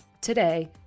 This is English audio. today